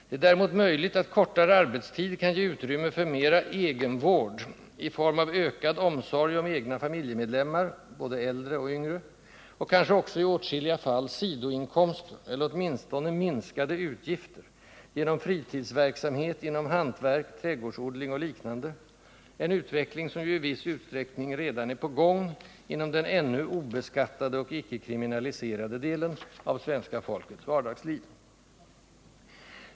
Det är däremot möjligt att kortare arbetstid kan ge utrymme för mera ”egenvård” i form av ökad omsorg om egna familjemedlemmar — både äldre och yngre — och kanske också i åtskilliga fall sidoinkomster, eller åtminstone minskade utgifter, genom fritidsverksamhet inom hantverk, trädgårdsodling och liknande — en utveckling som ju i viss utsträckning redan är på gång inom den ännu obeskattade och icke kriminaliserade delen av svenska folkets vardagsliv.